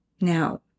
Now